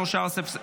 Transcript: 13,